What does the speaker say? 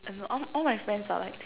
uh no all all my friends are like